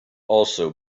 also